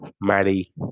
maddie